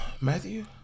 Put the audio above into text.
Matthew